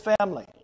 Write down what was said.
family